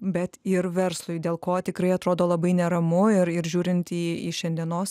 bet ir verslui dėl ko tikrai atrodo labai neramu ir ir žiūrint į šiandienos